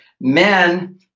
men